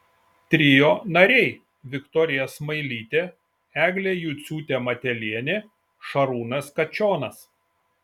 trio nariai viktorija smailytė eglė juciūtė matelienė šarūnas kačionas